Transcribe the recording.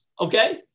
okay